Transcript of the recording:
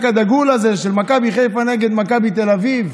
הדגול הזה של מכבי חיפה נגד מכבי תל אביב.